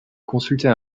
consulter